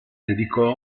dedicò